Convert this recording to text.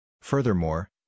Furthermore